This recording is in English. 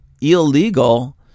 illegal